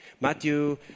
Matthew